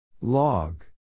Log